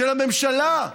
של הממשלה.